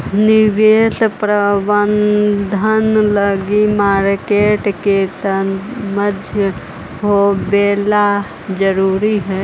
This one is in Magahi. निवेश प्रबंधन लगी मार्केट के समझ होवेला जरूरी हइ